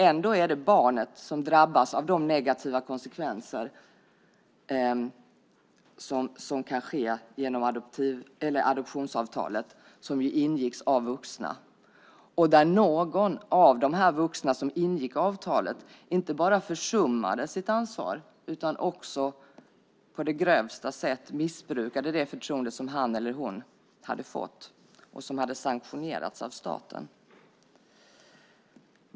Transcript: Ändå är det barnet som drabbas av de negativa konsekvenser som kan komma av adoptionsavtalet när någon av de vuxna som ingick avtalet inte bara försummar sitt ansvar utan också på det grövsta sätt missbrukar det förtroende som han eller hon fått och som har sanktionerats av staten.